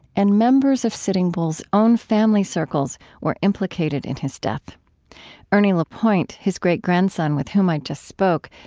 and members of sitting bull's own family circles were implicated in his death ernie lapointe, his great-grandson with whom i just spoke,